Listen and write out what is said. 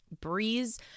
Breeze